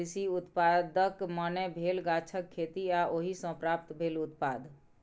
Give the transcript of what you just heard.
कृषि उत्पादक माने भेल गाछक खेती आ ओहि सँ प्राप्त भेल उत्पाद